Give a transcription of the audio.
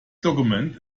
document